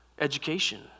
education